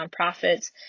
nonprofits